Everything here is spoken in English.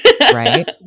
Right